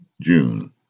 June